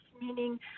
meaning